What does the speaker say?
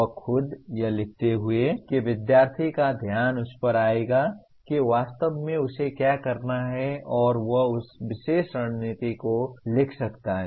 वह खुद यह लिखते हुए कि विद्यार्थी का ध्यान उस पर आएगा कि वास्तव में उसे क्या करना है और वह उस विशेष रणनीति को लिख सकता है